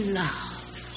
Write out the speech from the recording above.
love